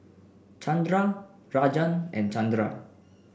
Chandra Rajan and Chandra